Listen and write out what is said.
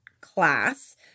class